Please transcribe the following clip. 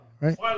Right